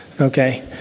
Okay